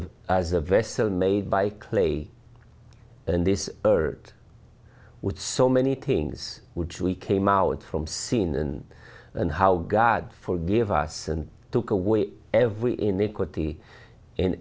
as a vessel made by clay and this earth with so many things which we came out from seen and and how god forgive us and took away every iniquity and